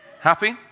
Happy